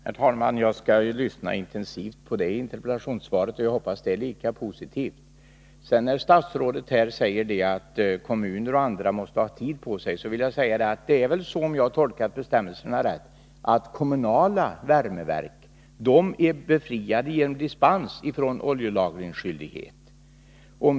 Herr talman! Jag skall lyssna intensivt på det interpellationssvar som statsrådet nämnde och jag hoppas att det är lika positivt. Statsrådet säger att kommuner och andra måste ha tid på sig. Om jag har tolkat bestämmelserna rätt är de kommunala värmeverken genom dispens befriade från oljelagringsskyldighet.